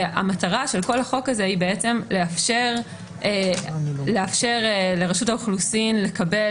המטרה של כל החוק הזה היא בעצם לאפשר לרשות האוכלוסין לקבל